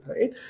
right